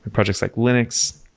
projects like linux.